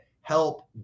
help